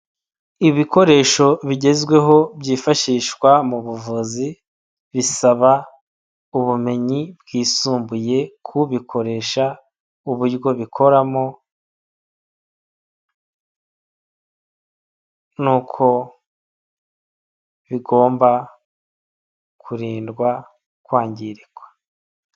Ibikoresho bigezweho byifashishwa mu buvuzi, bisaba ubumenyi bwisumbuye k'ubikoresha, uburyo bikoramo, n'uko bigomba kurindwa kwangirika.